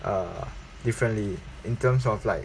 err differently in terms of like